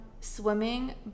swimming